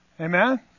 Amen